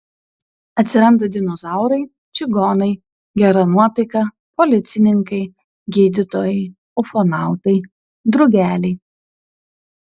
atsiranda dinozaurai čigonai gera nuotaika policininkai gydytojai ufonautai drugeliai